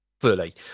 fully